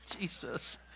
Jesus